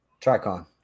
Tricon